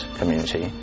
community